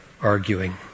arguing